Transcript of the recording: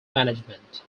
management